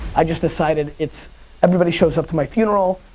i just decided it's everybody shows up to my funeral,